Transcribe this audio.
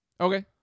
Okay